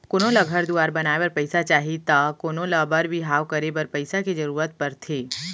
कोनो ल घर दुवार बनाए बर पइसा चाही त कोनों ल बर बिहाव करे बर पइसा के जरूरत परथे